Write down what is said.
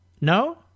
No